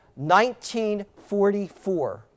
1944